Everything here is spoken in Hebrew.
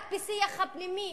רק בשיח הפנימי,